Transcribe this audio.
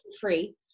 free